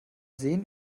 sehen